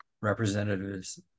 representatives